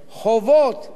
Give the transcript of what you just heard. בכל מיני עיריות,